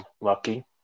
Lucky